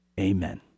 Amen